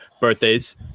birthdays